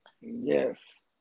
yes